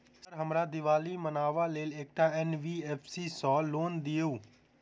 Sir हमरा दिवाली मनावे लेल एकटा एन.बी.एफ.सी सऽ लोन दिअउ?